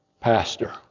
pastor